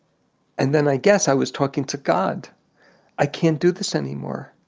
and then i guess i was talking to god i can't do this anymore.